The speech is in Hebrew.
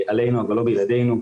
עלינו ולא בלעדינו,